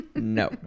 No